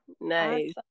Nice